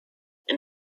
and